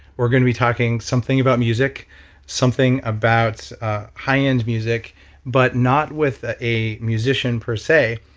we're going to be talking something about music something about high ends music but not with ah a musician per se,